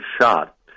shot